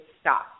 stop